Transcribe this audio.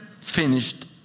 finished